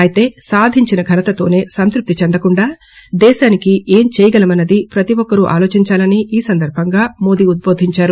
ఐతే సాధించిన ఘనతలోనే సంతృప్తి చెందకుండా దేశానికి ఏం చేయగలమన్నది ప్రతి ఒక్కరూ ఆలోచిందాలని ఈ సందర్బంగా మోది ఉద్భోధించారు